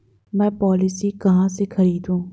मैं पॉलिसी कहाँ से खरीदूं?